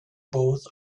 both